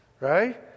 right